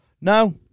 No